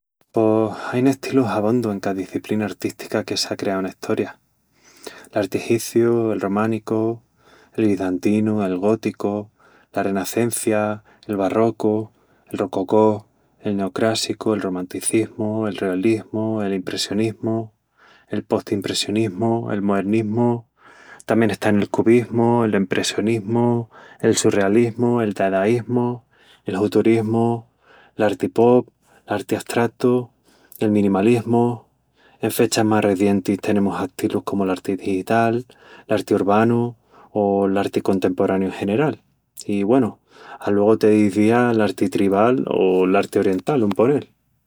Pos... ain estilus abondu en ca diciplina artística que s'a creau ena estoria: l'arti egiciu, el románicu, el bizantinu, el góticu, la renacencia, el barrocu, el rococó, el neocrássicu, el romanticismu, el realismu, el impressionismu, el postimpressionismu, el moernismu,... Tamién están el cubismu, l'espressionismu, el surrealismu, el dadaísmu, el huturismu, l'arti pop, l'arti astratu, el minimalismu... En fechas más rezientis tenemus astilus comu l'arti digital, l'arti urbanu o l'arti contemporaniu en general. I güenu, aluegu te dizía l'arti tribal o l'arti oriental, un ponel.